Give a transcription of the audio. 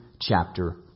chapter